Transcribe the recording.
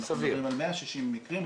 על 160 מקרים,